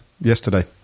yesterday